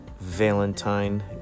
Valentine